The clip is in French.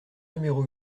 numéro